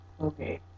Okay